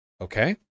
Okay